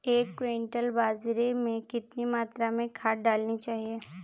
एक क्विंटल बाजरे में कितनी मात्रा में खाद डालनी चाहिए?